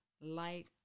light